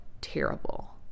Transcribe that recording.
terrible